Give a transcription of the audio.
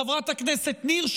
חברת הכנסת ניר,